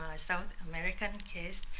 south american case,